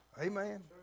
Amen